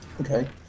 Okay